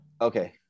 Okay